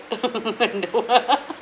I know ah